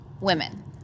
women